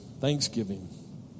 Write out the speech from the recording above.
Thanksgiving